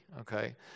okay